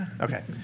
Okay